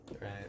right